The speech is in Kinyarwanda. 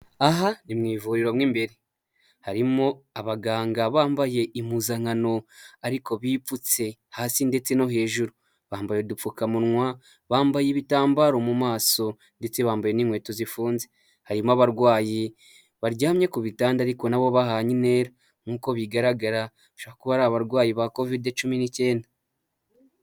Aha ni mu ivuriro mu imbere harimo abaganga bambaye impuzankano ariko bipfutse hasi ndetse no hejuru, bambaye udupfukamunwa, bambaye ibitambaro mu maso ndetse bambaye n'inkweto zifunze. Hari abarwayi baryamye ku bitanda ariko nabo bahanye intera, nk'uko bigaragara bashobora kuba ari abarwayi ba kovide cumi n'icyenda.